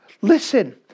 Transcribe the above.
listen